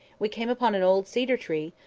we came upon an old cedar tree,